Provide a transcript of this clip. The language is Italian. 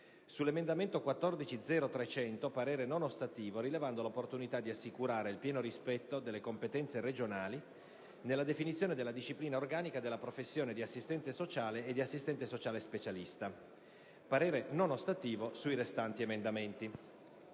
sull'emendamento 14.0.300 parere non ostativo, rilevando l'opportunità di assicurare il pieno rispetto delle competenze regionali nella definizione della disciplina organica della professione di Assistente sociale e di Assistente sociale Specialista; - parere non ostativo sui restanti emendamenti».